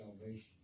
salvation